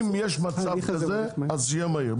אם יש מצב כזה אז שיהיה מהיר.